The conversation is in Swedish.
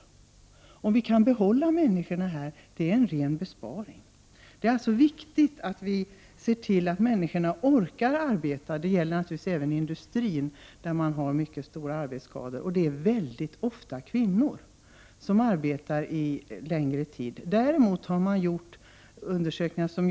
Det är en ren besparing att behålla dessa anställda i vården. Det är alltså viktigt att se till att människor orkar arbeta. Detta resonemang gäller naturligtvis även industrin, där det förekommer många arbetsskador. Det är mycket ofta kvinnor som arbetat länge som drabbas av yrkesskador.